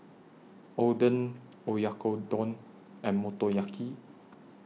Oden Oyakodon and Motoyaki